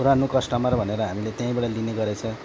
पुरानो कस्टमर भनेर हामीले त्यहीँबाट लिने गरेको छ